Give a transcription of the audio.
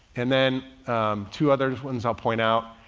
and then two others. one's i'll point out,